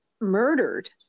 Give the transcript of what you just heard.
murdered